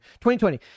2020